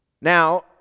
Now